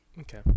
Okay